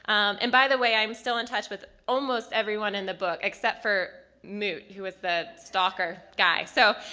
and by the way i'm still in touch with almost everyone in the book except for moot who was the stalker guy. so,